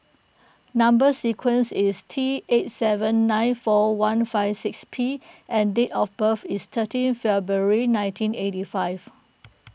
Number Sequence is T eight seven nine four one five six P and date of birth is thirteen February nineteen eighty five